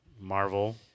Marvel